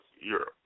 Europe